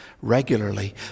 regularly